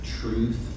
truth